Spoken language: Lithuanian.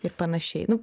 ir panašiai nu